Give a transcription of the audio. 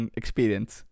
experience